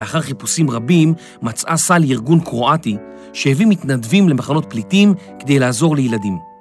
אחר חיפושים רבים, מצאה סל ארגון קרואטי שהביא מתנדבים למחנות פליטים כדי לעזור לילדים.